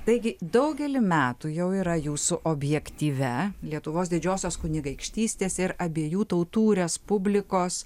taigi daugelį metų jau yra jūsų objektyve lietuvos didžiosios kunigaikštystės ir abiejų tautų respublikos